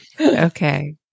Okay